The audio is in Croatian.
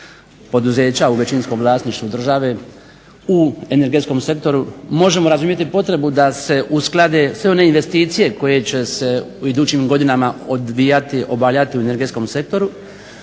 poduzeća u većinskom vlasništvu države, u energetskom sektoru. Možemo razumjeti potrebu da se usklade sve one investicije koje će se u idućim godinama odvijati, obavljati u energetskom sektoru.